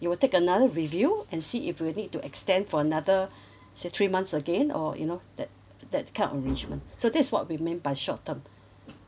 you will take another review and see if you'd need to extend for another say three months again or you know that that kind of arrangement so this is what we meant by short term